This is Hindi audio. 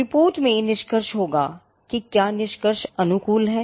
रिपोर्ट में निष्कर्ष होगा कि क्या निष्कर्ष अनुकूल है